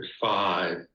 five